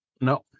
No